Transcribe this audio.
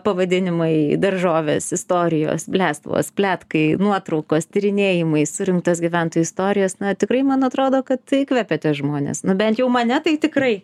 pavadinimai daržovės istorijos bledstvos pletkai nuotraukos tyrinėjimai surinktos gyventų istorijos na tikrai man atrodo kad įkvepiate žmones nu bent jau mane tai tikrai